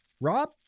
Rob